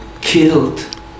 killed